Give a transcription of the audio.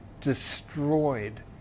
destroyed